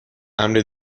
امر